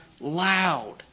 loud